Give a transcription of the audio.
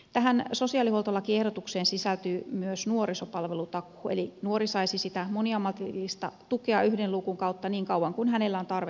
tähän sosiaalihuoltolakiehdotukseen sisältyy myös nuorisopalvelutakuu eli nuori saisi sitä moniammatillista tukea yhden luukun kautta niin kauan kuin hänellä on tarvetta sosiaalipalveluihin